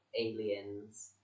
aliens